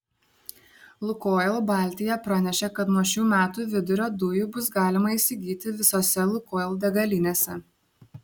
lukoil baltija pranešė kad nuo šių metų vidurio dujų bus galima įsigyti visose lukoil degalinėse